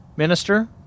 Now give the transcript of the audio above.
Minister